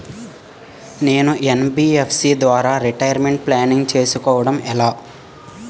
నేను యన్.బి.ఎఫ్.సి ద్వారా retirement planning చేసుకోవడం ఎలా?